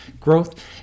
growth